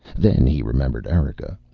then he remembered erika.